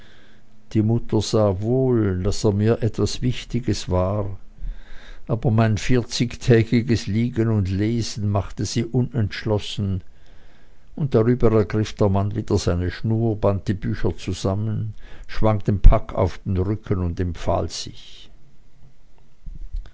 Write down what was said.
die mutter sah wohl daß er mir etwas wichtiges war aber mein vierzigtägiges liegen und lesen machte sie unentschlossen und darüber ergriff der mann wieder seine schnur band die bücher zusammen schwang den pack auf den rücken und empfahl sich